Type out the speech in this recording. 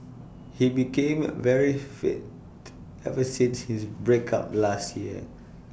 he became A very fit ever since his break up last year